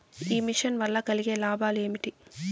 ఈ మిషన్ వల్ల కలిగే లాభాలు ఏమిటి?